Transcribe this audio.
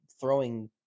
throwing